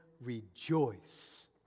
rejoice